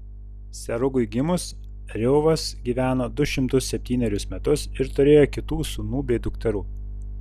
serugui gimus reuvas gyveno du šimtus septynerius metus ir turėjo kitų sūnų bei dukterų